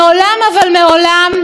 מעולם, אבל מעולם,